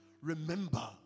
remember